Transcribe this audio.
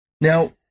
Now